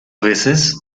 veces